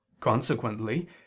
Consequently